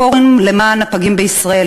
הפורום למען הפגים בישראל,